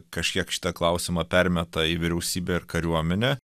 kažkiek šitą klausimą permeta į vyriausybę ir kariuomenę